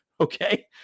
Okay